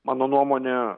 mano nuomone